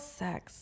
sex